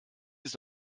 ist